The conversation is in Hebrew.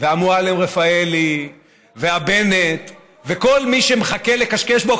והמועלם-רפאלי והבנט וכל מי שמחכה לכשכש בו,